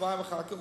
שבועיים אחר כך.